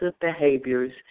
behaviors